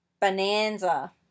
Bonanza